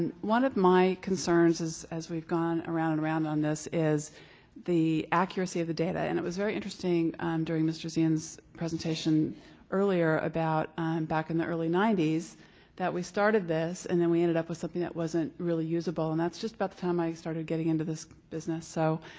one of my concerns, as we've gone around and around on this, is the accuracy of the data. and it was very interesting during mr. zian's presentation earlier about back in the early ninety s that we started this and then we ended up with something that wasn't really usable and that's just about the time i started getting into this business. so